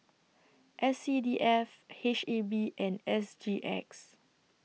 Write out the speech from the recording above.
S C D F H E B and S G X